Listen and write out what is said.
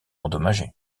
endommagé